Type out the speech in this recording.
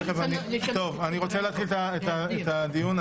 אני רוצה להתחיל את הדיון.